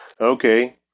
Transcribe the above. Okay